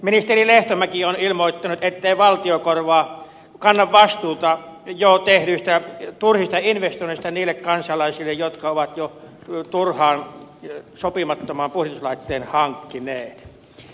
ministeri lehtomäki on ilmoittanut ettei valtio kanna vastuuta jo tehdyistä turhista investoinneista niille kansalaisille jotka ovat jo turhaan sopimattoman puhdistuslaitteen hankkineet